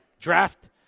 draft